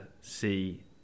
see